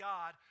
God